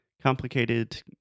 Complicated